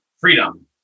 freedom